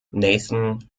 nathan